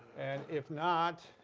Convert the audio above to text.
and if not.